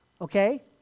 Okay